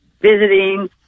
visiting